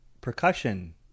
percussion